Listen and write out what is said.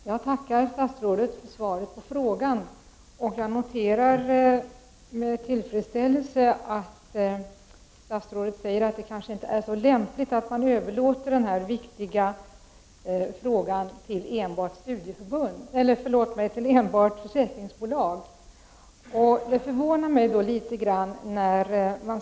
Herr talman! Jag tackar statsrådet för svaret på frågan. Jag noterar med tillfredsställelse att statsrådet säger att det kanske inte är så lämpligt att man överlåter den här viktiga frågan till enbart försäkringsbolag.